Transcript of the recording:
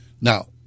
Now